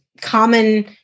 common